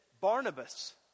Barnabas